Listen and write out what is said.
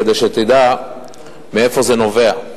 כדי שנדע מאיפה זה נובע,